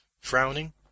frowning